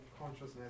consciousness